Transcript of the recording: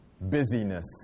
busyness